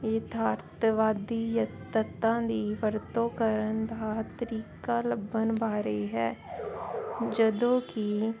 ਯਥਾਰਤਵਾਦੀ ਯ ਤੱਤਾਂ ਦੀ ਵਰਤੋਂ ਕਰਨ ਦਾ ਤਰੀਕਾ ਲੱਭਣ ਬਾਰੇ ਹੈ ਜਦੋਂ ਕਿ